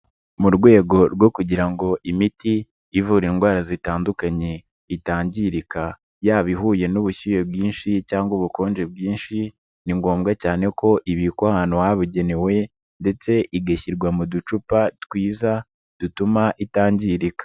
Mu rwego rwo kugira ngo imiti ivura indwara zitandukanye itangirika, yaba ihuye n'ubushyuhe bwinshi cyangwa ubukonje bwinshi, ni ngombwa cyane ko ibiko ahantu habugenewe, ndetse igashyirwa mu ducupa twiza dutuma itangirika.